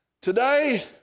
Today